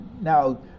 now